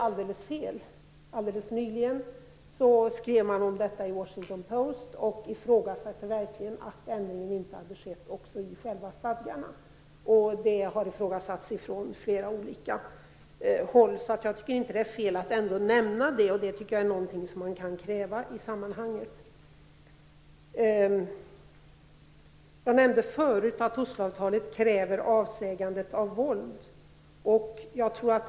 Washington Post skrev om det nyligen och uppmärksammade att ändringen inte hade skett i själva stadgarna. Detta har uppmärksammats och ifrågasatts från flera olika håll. Jag tycker inte att det är fel att nämna det. Det är någonting man kan kräva i sammanhanget. Jag nämnde förut att det i Osloavtalet krävs att parterna avstår från våld.